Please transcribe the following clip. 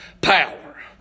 power